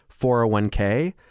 401k